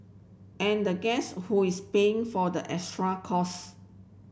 and guess who is paying for the extra costs